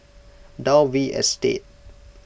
Dalvey Estate